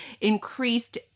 increased